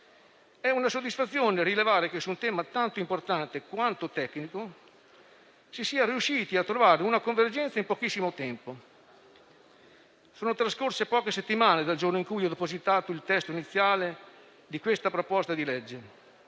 È una soddisfazione rilevare che su un tema tanto importante, quanto tecnico si sia riusciti a trovare una convergenza in pochissimo tempo. Sono trascorse poche settimane dal giorno in cui ho depositato il disegno di legge